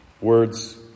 words